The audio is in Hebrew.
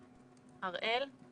אראל.